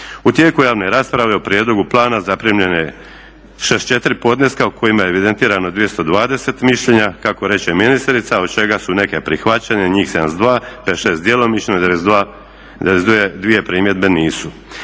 U tijeku javne rasprave o prijedlogu plana zaprimljena su 64 podneska u kojima je evidentirano 220 mišljenja kako reče ministrica od čega su neke prihvaćene, njih 72, 57 djelomično i 92 primjedbe nisu.